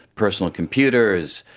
personal computers.